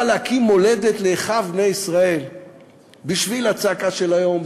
להקים מולדת לאחיו בני ישראל בשביל הצעקה של היום,